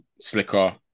Slicker